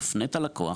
יפנה את הלקוח.